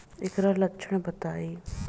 एकर लक्षण बताई?